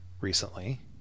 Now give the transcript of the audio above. recently